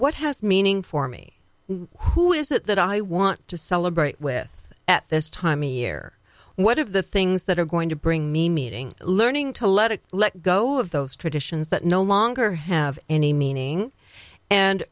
what has meaning for me who is it that i want to celebrate with at this time a year one of the things that are going to bring me meeting learning to let it let go of those traditions that no longer have any meaning and